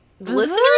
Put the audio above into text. listeners